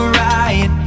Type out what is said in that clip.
right